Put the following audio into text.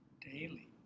daily